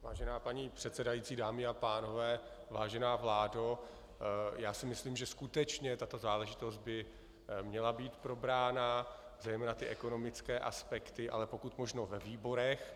Vážená paní předsedající, dámy a pánové, vážená vládo, já si myslím, že skutečně tato záležitost by měla být probrána, zejména ekonomické aspekty, ale pokud možno ve výborech.